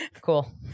cool